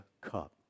cup